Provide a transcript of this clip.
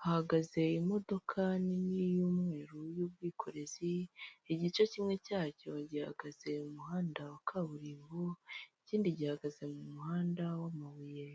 Hahagaze imodoka nini y'umweru y'ubwikorezi, igice kimwe cyacyo gihagaze mu muhanda wa kaburimbo ikindi gihagaze mu muhanda w'amabuye.